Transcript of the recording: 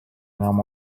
enam